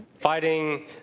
fighting